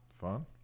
Fun